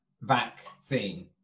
vaccine